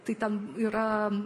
tai ten yra